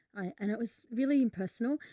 and it was really impersonal.